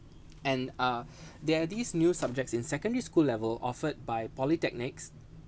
and uh there are these new subjects in secondary school level offered by polytechnics